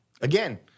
Again